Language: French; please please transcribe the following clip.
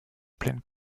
plaine